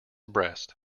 breast